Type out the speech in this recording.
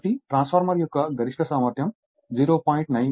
కాబట్టి ట్రాన్స్ఫార్మర్ యొక్క గరిష్ట సామర్థ్యం 0